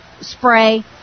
spray